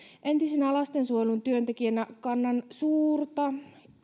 entisenä lastensuojelun työntekijänä kannan suurta